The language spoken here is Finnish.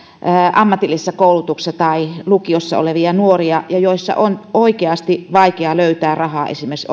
ammatillisessa koulutuksessa tai lukiossa olevia nuoria ja joissa on oikeasti vaikea löytää rahaa esimerkiksi